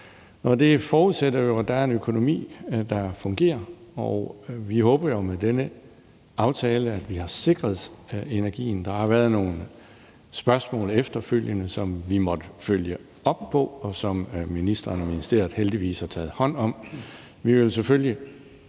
Det forudsætter jo, at der er en økonomi, der fungerer, og vi håber jo, at vi med denne aftale har sikret energien til det. Der har været nogle spørgsmål efterfølgende, som vi måtte følge op på, og som ministeren og ministeriet heldigvis har taget hånd om. Vi vil selvfølgelig